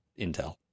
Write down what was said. intel